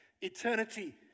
Eternity